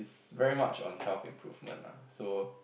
is very much on self improvement lah so